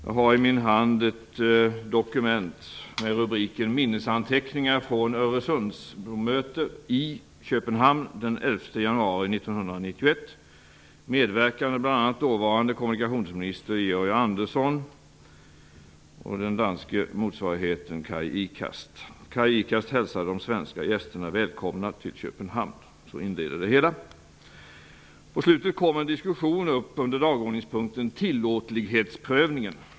Jag har i min hand ett dokument med rubriken Minnesanteckningar från Öresundsbromöte i Köpenhamn den 11 januari 1991. Då medverkade bl.a. dåvarande kommunikationsministern Georg Andersson och den danska motsvarigheten Kaj Ikast. Kaj Ikast hälsade de svenska gästerna välkomna till Köpenhamn. Så inleds det hela. På slutet tas en diskussion upp under dagordningspunkten ''Tillåtlighetsprövningen''.